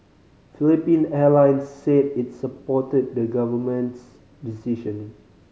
Philippine Airlines said it supported the government's decision